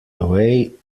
away